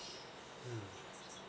mm